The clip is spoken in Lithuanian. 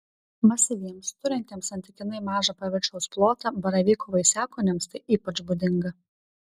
masyviems turintiems santykinai mažą paviršiaus plotą baravyko vaisiakūniams tai ypač būdinga